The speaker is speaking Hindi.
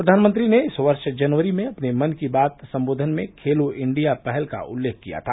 प्रधानमंत्री ने इस वर्ष जनवरी में अपने मन की बात सम्बोधन में खेलो इंडिया पहल का उल्लेख किया था